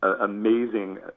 amazing